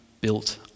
built